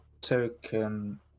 token